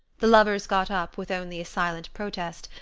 the lovers got up, with only a silent protest,